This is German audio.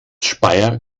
speyer